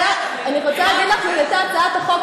אני רוצה להגיד לך שזאת הייתה הצעת החוק